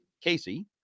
Casey